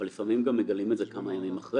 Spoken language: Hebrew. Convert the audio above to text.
אבל לפעמים מגלים את זה כמה ימים אחרי,